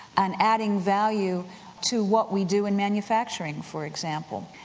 and adding value to what we do in manufacturing for example.